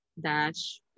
dash